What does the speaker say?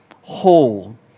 whole